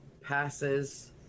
passes